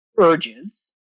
urges